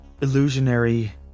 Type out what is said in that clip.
illusionary